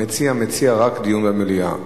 המציע מציע רק דיון במליאה.